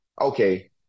okay